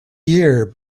year